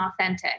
authentic